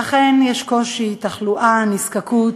אכן, יש קושי, תחלואה, נזקקות,